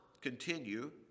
continue